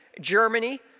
Germany